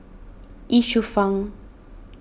Ye Shufang